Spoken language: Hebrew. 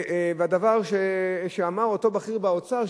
והדבר שאמר אותו בכיר באוצר,